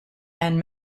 and